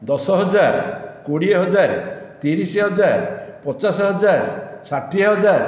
ଦଶ ହଜାର କୋଡ଼ିଏ ହଜାର ତିରିଶ ହଜାର ପଚାଶ ହଜାର ଷାଠିଏ ହଜାର